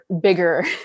bigger